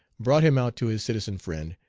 brought him out to his citizen friend,